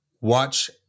Watch